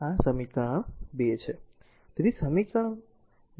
આ r સમીકરણ 2